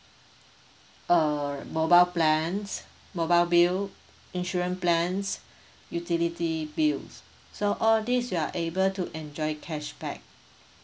uh mobile plans mobile bill insurance plans utility bills so all these you are able to enjoy cashback